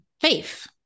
faith